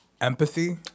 empathy